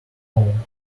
home